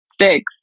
six